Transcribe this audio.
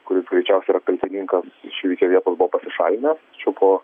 kuris greičiausiai yra kaltininkas iš įvykio vietos pasišalinęs po